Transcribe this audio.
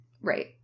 Right